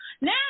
Now